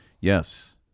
Yes